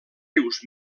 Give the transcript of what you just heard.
rius